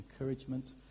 encouragement